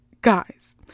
Guys